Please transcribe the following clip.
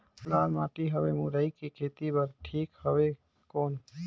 लाल माटी हवे मुरई के खेती बार ठीक हवे कौन?